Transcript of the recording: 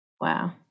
Wow